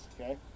okay